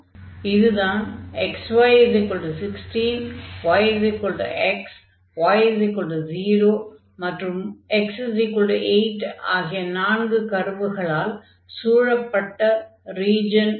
ஆகவே இதுதான் xy16 y x y 0 மற்றும் x 8 ஆகிய நான்கு கர்வுகளால் சூழப்பட்ட ரீஜன்